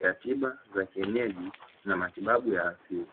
ya tiba za kienyeji na matibabu ya asili.